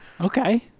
Okay